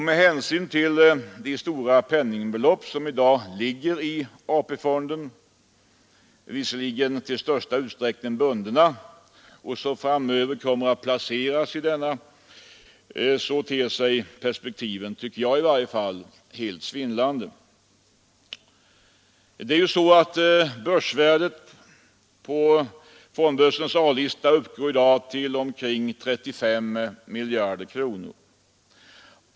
Med hänsyn till de stora penningbelopp som i dag finns i AP-fonden — låt vara att de till största delen är bundna — och som framöver kommer att placeras där, ter sig perspektiven, tycker jag, helt svindlande. Börsvärdet på fondbörsens A-lista uppgår i dag till omkring 35 miljarder kronor.